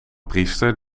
priester